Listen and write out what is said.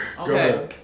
Okay